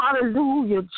Hallelujah